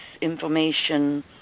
information